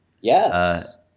Yes